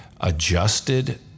adjusted